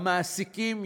המעסיקים,